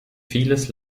vieles